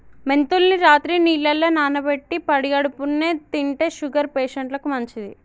మెంతుల్ని రాత్రి నీళ్లల్ల నానబెట్టి పడిగడుపున్నె తింటే షుగర్ పేషంట్లకు మంచిది